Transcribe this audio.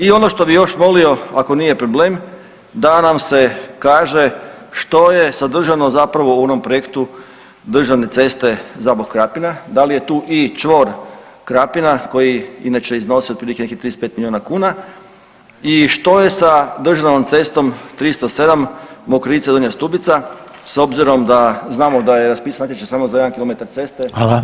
I ono što bih još molio ako nije problem da nam se kaže što je sadržano zapravo u onom projektu državne ceste Zabok – Krapina, da li je tu i čvor Krapina koji inače iznosi otprilike nekih 35 milijuna kuna i što je sa državnom cestom 307 Mokrice – Donja Stubica s obzirom da znamo da je raspisan natječaj samo za 1 km ceste, a ima ukupno 12 km.